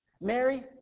Mary